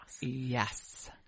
Yes